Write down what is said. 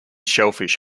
shellfish